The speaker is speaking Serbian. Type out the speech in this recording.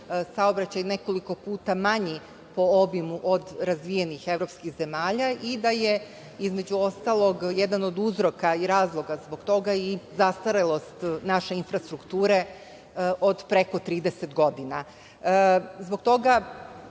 saobraćaj nekoliko puta manji po obimu od razvijenih evropskih zemalja i da je, između ostalog, jedan od uzroka i razloga zbog toga i zastarelost naše infrastrukture od preko 30 godina. Zbog toga